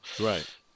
right